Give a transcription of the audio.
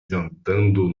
jantando